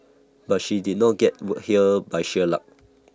but she did not get here by sheer luck